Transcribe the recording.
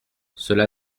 cela